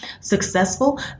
successful